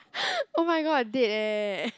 oh my god dead eh